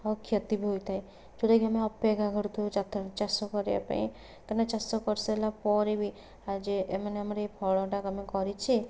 ଆଉ କ୍ଷତି ବି ହୋଇଥାଏ ଯେଉଁଟାକି ଆମେ ଅପେକ୍ଷା କରିଥାଉ ଚା ଚାଷ କରିବା ପାଇଁ କାରଣ ଚାଷ କରିସାରିଲା ପରେ ବି ଆଜି ଏ ମାନେ ଏ ଆମର ଫଳଟା ଆମେ କରିଛେ